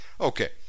Okay